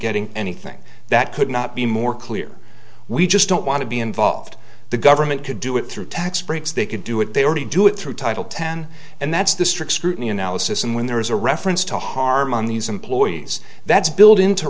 getting anything that could not be more clear we just don't want to be involved the government could do it through tax breaks they could do it they already do it through title ten and that's the strict scrutiny analysis and when there is a reference to harm on these employees that's built into